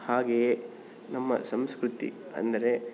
ಹಾಗೆಯೇ ನಮ್ಮ ಸಂಸ್ಕೃತಿ ಅಂದರೆ